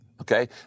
okay